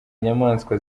nyamaswa